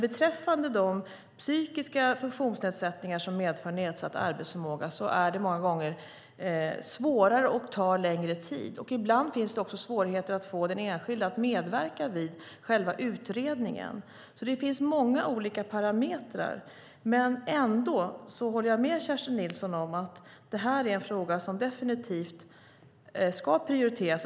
Beträffande de psykiska funktionsnedsättningar som medför nedsatt arbetsförmåga är det många gånger svårare och tar längre tid. Ibland finns det också svårigheter att få den enskilde att medverka vid själva utredningen. Det finns många olika parametrar. Ändå håller jag med Kerstin Nilsson om att detta är en fråga som definitivt ska prioriteras.